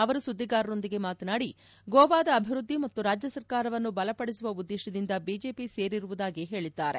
ಅವರು ಸುದ್ದಿಗಾರರೊಂದಿಗೆ ಮಾತನಾಡಿ ಗೋವಾದ ಅಭಿವೃದ್ದಿ ಮತ್ತು ರಾಜ್ಯ ಸರ್ಕಾರವನ್ನು ಬಲಪದಿಸುವ ಉದ್ದೇಶದಿಂದ ಬಿಜೆಪಿ ಸೇರಿರುವುದಾಗಿ ಹೇಳಿದ್ದಾರೆ